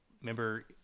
Remember